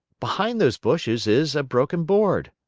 behind those bushes is a broken board.